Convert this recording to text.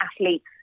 athlete's